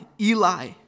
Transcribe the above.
Eli